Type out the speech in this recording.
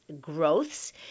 growths